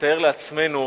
נתאר לעצמנו